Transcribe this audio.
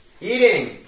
eating